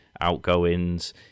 outgoings